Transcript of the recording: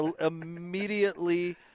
immediately